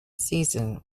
season